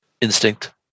instinct